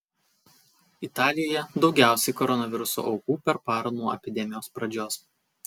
italijoje daugiausiai koronaviruso aukų per parą nuo epidemijos pradžios